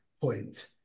point